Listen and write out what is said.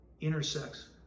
intersects